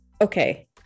Okay